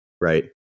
right